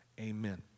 Amen